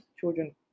children